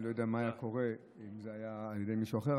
אני לא יודע מה היה קורה אם זה היה בידי מישהו אחר,